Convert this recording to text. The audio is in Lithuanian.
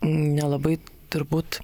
nelabai turbūt